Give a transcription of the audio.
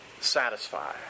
satisfy